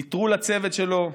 נטרול הצוות שלו.